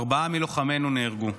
ארבעה מלוחמינו נהרגו,